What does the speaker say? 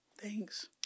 Thanks